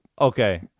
Okay